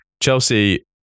Chelsea